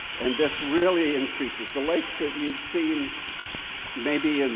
and this really increases. the lakes that you've seen maybe and